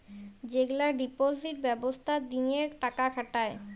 যেগলা ডিপজিট ব্যবস্থা দিঁয়ে টাকা খাটায়